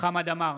חמד עמאר,